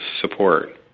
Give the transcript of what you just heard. support